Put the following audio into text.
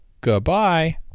goodbye